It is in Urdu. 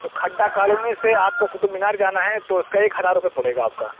تو کھڈا کالونی سے آپ کو قطب مینار جانا ہے تو اس کا ایک ہزار روپیہ پڑے گا آپ کا